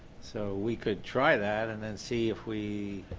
so we could try that. and then see if we